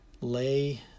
lay